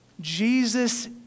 Jesus